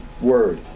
word